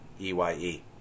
EYE